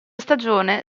stagione